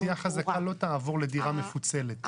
אוכלוסייה חזקה לא תעבור לדירה מפוצלת.